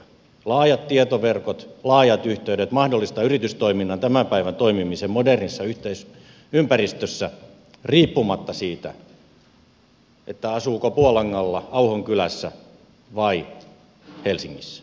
laajat tietoverkot laajat yhteydet mahdollistavat yritystoiminnan tämän päivän toimimisen modernissa yhteisympäristössä riippumatta siitä asuuko puolangalla auhon kylässä vai helsingissä